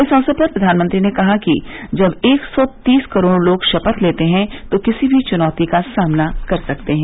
इस अवसर पर प्रधानमंत्री ने कहा कि जब एक सौ तीस करोड़ लोग शपथ लेते हैं तो किसी भी चुनौती का सामना कर सकते हैं